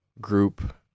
group